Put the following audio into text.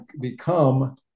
become